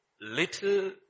little